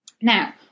Now